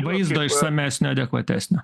vaizdo išsamesnio adekvatesnio